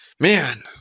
man